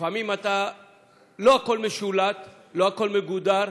לפעמים לא הכול משולט, לא הכול מגודר.